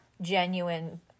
genuine